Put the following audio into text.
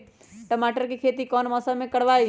टमाटर की खेती कौन मौसम में करवाई?